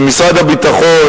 שמשרד הביטחון,